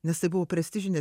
nes tai buvo prestižinė